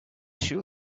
sure